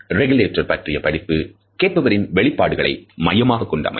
regulator பற்றிய படிப்பு கேட்பவரின் வெளிப்பாடுகளை மையமாகக் கொண்டு அமையும்